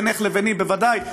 בינך לביני בוודאי,